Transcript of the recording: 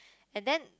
and then